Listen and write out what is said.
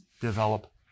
develop